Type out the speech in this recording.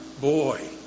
boy